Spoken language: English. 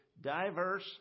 diverse